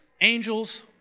angels